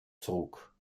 trug